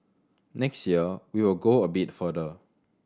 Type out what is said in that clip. next year we will go a bit further